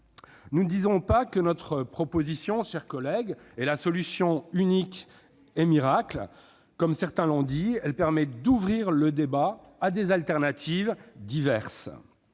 nous ne disons pas que notre proposition est la solution unique et miracle. Comme certains l'ont dit, elle permet d'ouvrir le débat à des alternatives diverses,